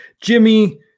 Jimmy